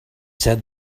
said